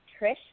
Trish